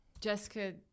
Jessica